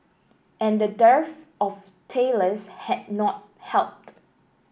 and the dearth of tailors has not helped